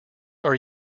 are